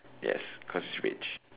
yes because he's rich